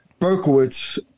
Berkowitz